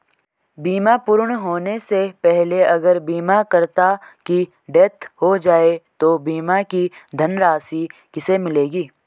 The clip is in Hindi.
बीमा पूर्ण होने से पहले अगर बीमा करता की डेथ हो जाए तो बीमा की धनराशि किसे मिलेगी?